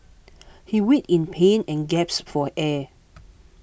he wait in pain and gasped for air